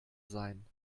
sein